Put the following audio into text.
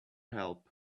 help